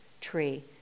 tree